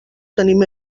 tenim